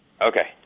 Okay